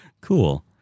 Cool